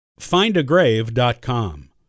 Findagrave.com